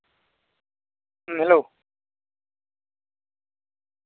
ᱦᱩᱸ ᱦᱮᱞᱳ